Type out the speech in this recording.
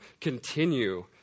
continue